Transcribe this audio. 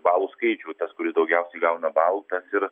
balų skaičių tas kuris daugiausiai gauna balų tas ir